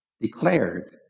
declared